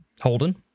Holden